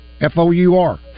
F-O-U-R